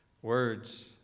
words